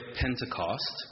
Pentecost